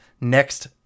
next